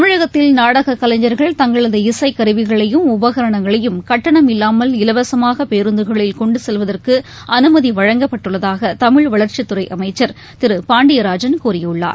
தமிழகத்தில் நாடகக் கலைஞர்கள் தங்களது இசைக் கருவிகளையும் உபகரணங்களையும் கட்டணம் இல்லாமல் இலவசமாகபேருந்துகளில் கொண்டுசெல்வதற்குஅனுமதிவழங்கப்பட்டுள்ளதாகதமிழ் வளர்ச்சித் துறைஅமைச்சர் திரு க பாண்டியராஜன் கூறியுள்ளார்